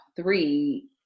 three